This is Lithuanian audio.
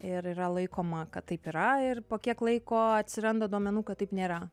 ir yra laikoma kad taip yra ir po kiek laiko atsiranda duomenų kad taip nėra